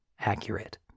accurate